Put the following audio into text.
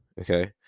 Okay